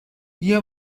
بیا